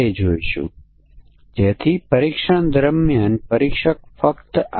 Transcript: તેઓ કોઈક રીતે કેટલાક વિશેષ મૂલ્યોને જાણે છે જ્યાં પ્રોગ્રામ નિષ્ફળ થવાની સંભાવના છે